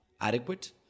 adequate